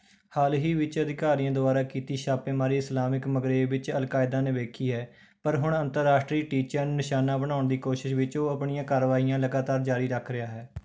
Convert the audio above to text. ਹਾਲ ਹੀ ਵਿੱਚ ਅਧਿਕਾਰੀਆਂ ਦੁਆਰਾ ਕੀਤੀ ਛਾਪੇਮਾਰੀ ਇਸਲਾਮਿਕ ਮਗਰੇਬ ਵਿੱਚ ਅਲਕਾਇਦਾ ਨੇ ਵੇਖੀ ਹੈ ਪਰ ਹੁਣ ਅੰਤਰਰਾਸ਼ਟਰੀ ਟੀਚਿਆਂ ਨੂੰ ਨਿਸ਼ਾਨਾ ਬਣਾਉਣ ਦੀ ਕੋਸ਼ਿਸ਼ ਵਿੱਚ ਉਹ ਆਪਣੀਆਂ ਕਾਰਵਾਈਆਂ ਲਗਾਤਾਰ ਜਾਰੀ ਰੱਖ ਰਿਹਾ ਹੈ